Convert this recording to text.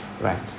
right